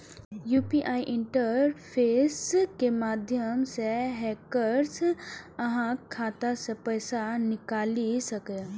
UPI interface के माध्यम सं हैकर्स अहांक खाता सं पैसा निकालि सकैए